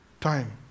Time